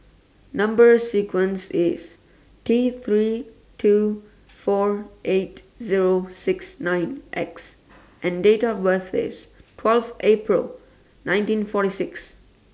Number sequence IS T three two four eight Zero six nine X and Date of birth IS twelve April nineteen forty six